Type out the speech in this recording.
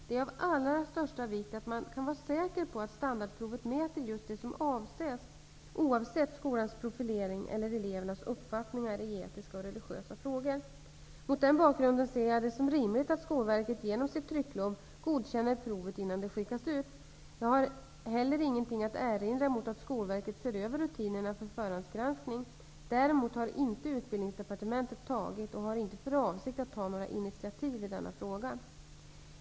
Det är av allra största vikt att man kan vara säker på att standardprovet mäter just det som avses, oavsett skolans profilering eller elevernas uppfattningar i etiska och religiösa frågor. Mot den bakgrunden ser jag det som rimligt att Skolverket genom sitt trycklov godkänner provet innan det skickas ut. Jag har heller ingenting att erinra mot att Skolverket ser över rutinerna för förhandsgranskning. Däremot har inte Utbildningsdepartementet tagit och har inte för avsikt att ta några initiativ i denna fråga.